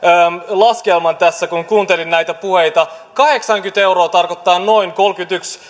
laskelman kun kuuntelin näitä puheita kahdeksankymmentä euroa tarkoittaa noin kolmekymmentäyksi